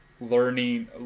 learning